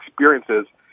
experiences